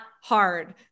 hard